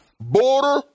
border